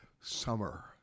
summer